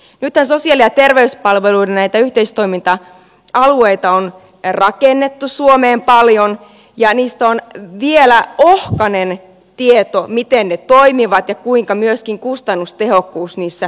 nythän näitä sosiaali ja terveyspalveluiden yhteistoiminta alueita on rakennettu suomeen paljon ja niistä on vielä ohkainen tieto miten ne toimivat ja kuinka myöskin kustannustehokkuus niissä toteutuu